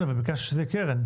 כן, אבל ביקשת שזה יהיה קרן.